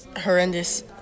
horrendous